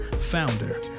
founder